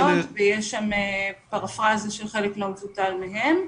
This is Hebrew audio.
ויש שם פרפרזה של חלק לא מבוטל מהן.